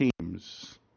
teams